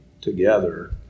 together